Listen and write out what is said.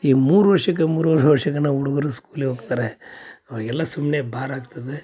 ಈ ಮೂರು ವರ್ಷಕ್ಕೆ ಮೂರೂವರೆ ವರ್ಷಕ್ಕ ನಾವು ಹುಡ್ಗುರು ಸ್ಕೂಲಿಗೆ ಹೋಗ್ತಾರೆ ಅವರಿಗೆಲ್ಲ ಸುಮ್ಮನೆ ಭಾರ ಆಗ್ತದೆ